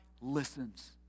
listens